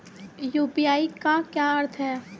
UPI का क्या अर्थ है?